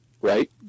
right